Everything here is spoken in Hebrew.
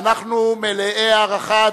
ואנחנו מלאי הערכה,